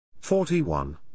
Forty-one